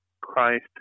Christ